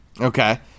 okay